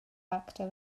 actor